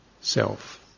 self